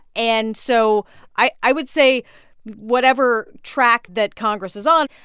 and so i i would say whatever track that congress is on,